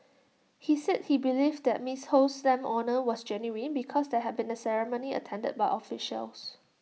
he said he believed that miss Ho's stamp honour was genuine because there had been A ceremony attended by officials